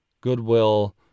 goodwill